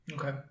Okay